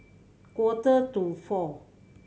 quarter to four